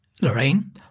Lorraine